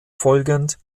folgend